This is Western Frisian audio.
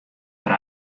foar